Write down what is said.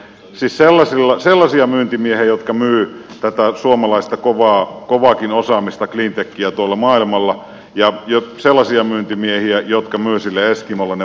siis sellaisia myyntimiehiä jotka myyvät tätä suomalaista kovaakin osaamista cleantechiä tuolla maailmalla ja sellaisia myyntimiehiä jotka myyvät sille eskimolle ne varvassandaalit